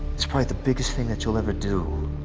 it's probably the biggest thing that you'll ever do.